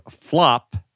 flop